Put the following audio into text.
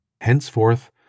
Henceforth